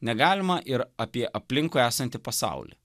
negalima ir apie aplinkui esantį pasaulį